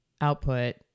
output